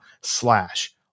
slash